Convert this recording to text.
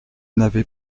n’avais